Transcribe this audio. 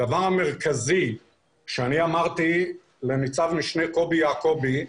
הדבר המרכזי שאני אמרתי לניצב-משנה קובי יעקבי,